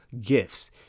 gifts